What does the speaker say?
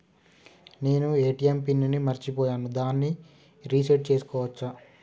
నేను ATM pin ని మరచిపోయాను దాన్ని రీ సెట్ చేసుకోవచ్చా?